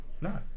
No